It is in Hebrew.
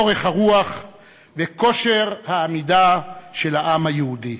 אורך הרוח וכושר העמידה של העם היהודי.